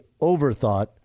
overthought